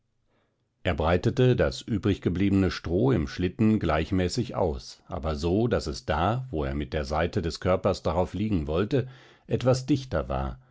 er breitete das übriggebliebene stroh im schlitten gleichmäßig aus aber so daß es da wo er mit der seite des körpers darauf liegen wollte etwas dichter war